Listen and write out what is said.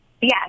Yes